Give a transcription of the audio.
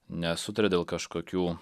nesutaria dėl kažkokių